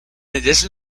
addition